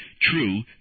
true